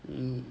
你